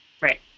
Right